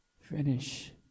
finish